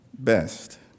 best